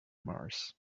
mars